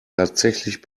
tatsächlich